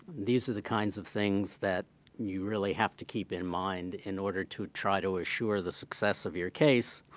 these are the kinds of things that you really have to keep in mind in order to try to assure the success of your case.